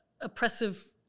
oppressive